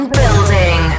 building